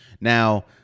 Now